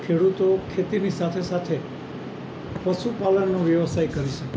ખેડૂતો ખેતીની સાથે સાથે પશુપાલનનો વ્યવસાય કરી શકે